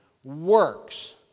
works